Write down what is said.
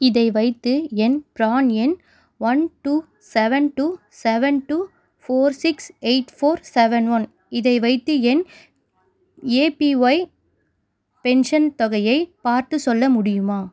இதை வைத்து என் பிரான் எண் one two seven two seven two four six eight four seven one இதை வைத்து என் ஏபிஒய் பென்ஷன் தொகையை பார்த்துச் சொல்ல முடியுமா